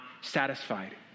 satisfied